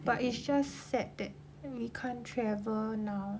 but it's just sad that we can't travel now